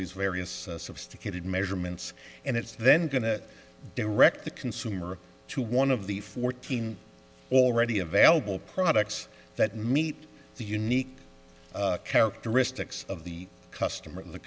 these various sophisticated measurements and it's then going to direct the consumer to one of the fourteen already available products that meet the unique characteristics of the customer in the